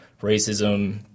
racism